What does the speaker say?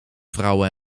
vrouwen